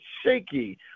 shaky